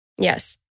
Yes